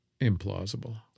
implausible